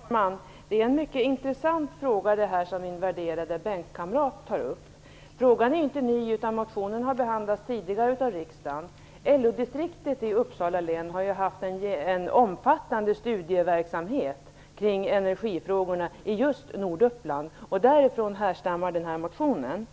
Herr talman! Det är en mycket intressant fråga som min värderade bänkkamrat tar upp. Den är inte ny. Motionen har behandlats tidigare av riksdagen. LO-distriktet i Uppsala län har haft en omfattande studieverksamhet kring energifrågorna i just Norduppland. Därifrån härstammar den här motionen.